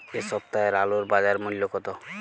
এ সপ্তাহের আলুর বাজার মূল্য কত?